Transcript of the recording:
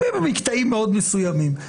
במקטעים מאוד מסוימים.